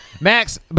Max